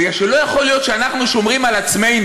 בגלל שלא יכול להיות שאנחנו שומרים על עצמנו,